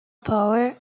power